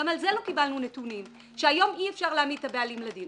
גם על זה לא קיבלנו נתונים שהיום אי אפשר להעמיד את הבעלים לדין.